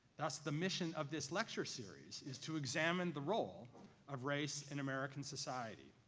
that's the mission of this lecture series, is to examine the role of race in american society.